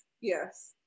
yes